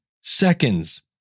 seconds